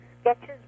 sketches